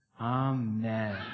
Amen